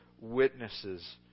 witnesses